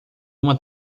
uma